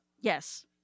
Yes